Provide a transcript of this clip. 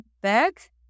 back